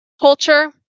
culture